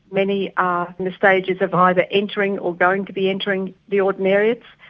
many are in the stages of either entering or going to be entering the ordinariates,